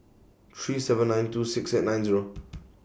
three seven nine two six eight nine Zero